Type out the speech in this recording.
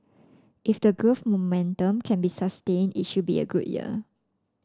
if the growth momentum can be sustained it should be a good year